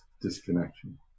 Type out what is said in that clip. disconnection